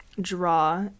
draw